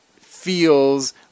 feels